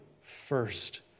first